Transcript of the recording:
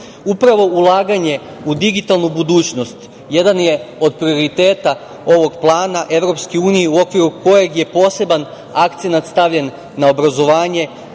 Upravo ulaganje u digitalnu budućnost jedan je od prioriteta ovog plana Evropske unije u okviru kojeg je poseban akcenat stavljen na obrazovanje,